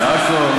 בעכו ובצפת,